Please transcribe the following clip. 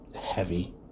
heavy